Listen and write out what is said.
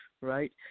right